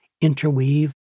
interweave